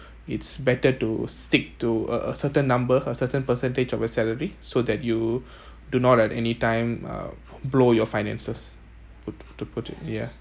it's better to stick to a a certain number a certain percentage of your salary so that you do not at anytime uh blow your finances put to put it yeah